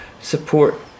support